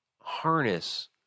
harness